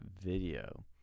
video